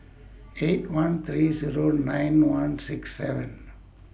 eight one three Zero nine one six seven